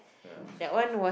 yeah it's a concert